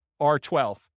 R12